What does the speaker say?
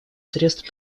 средств